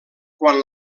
quan